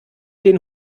den